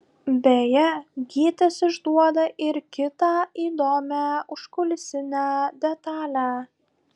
beje gytis išduoda ir kitą įdomią užkulisinę detalę